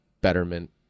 betterment